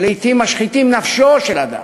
שלעתים משחיתים נפשו של אדם,